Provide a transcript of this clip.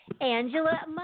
Angela